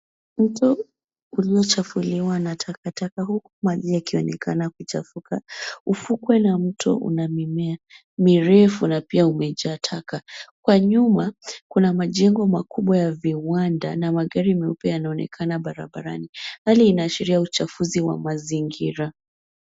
Mto uliochafuliwa na takataka huku maji yakionekana kuchafuka. Ufukwe la mti una mimea mirefu na pia umejaa taka. Kwa nyuma, kuna majengo makubwa ya viwanda na magari meupe yanaonekana barabarani. Hali inaashiria uchafuzi wa mazingira.